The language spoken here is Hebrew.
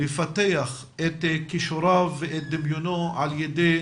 לפתח את כישוריו ואת דמיונו על ידי